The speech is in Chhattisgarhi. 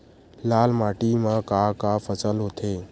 लाल माटी म का का फसल होथे?